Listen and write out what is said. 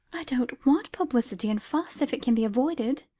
i don't want publicity and fuss if it can be avoided,